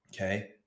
okay